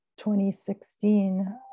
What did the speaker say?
2016